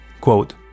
quote